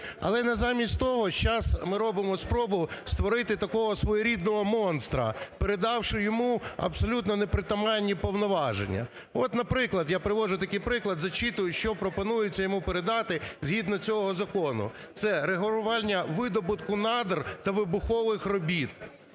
Але, замість того сейчас ми робимо спробу створити такого своєрідного монстра, передавши йому абсолютно непритаманні повноваження. От, наприклад, я приводжу такий приклад, зачитую, що пропонується йому передати згідно цього закону. Це регулювання видобутку надр та вибухових робіт.